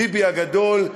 ביבי הגדול,